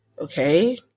okay